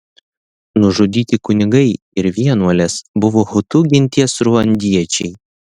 nužudyti kunigai ir vienuolės buvo hutu genties ruandiečiai